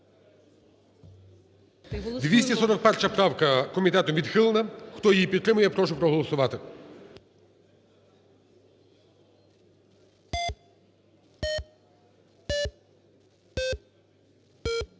317 правка комітетом відхилена. Хто її підтримує, я прошу голосувати.